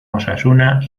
osasuna